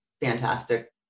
fantastic